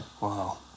Wow